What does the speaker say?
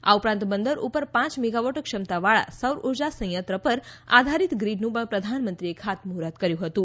આ ઉપરાંત બંદર ઉપર પાંચ મેગાવોટ ક્ષમતાવાળા સૌર ઉર્જા સયંત્ર પર આધારિત ગ્રિડનું પણ પ્રધાનમંત્રીએ ખાતમુહૂર્ત કર્યું હતું